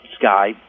Sky